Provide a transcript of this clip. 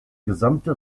gesamte